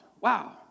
Wow